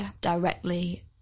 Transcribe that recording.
directly